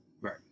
Right